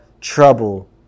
trouble